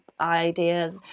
ideas